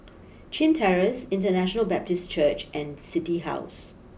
Chin Terrace International Baptist Church and City house